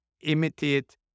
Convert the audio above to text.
imitate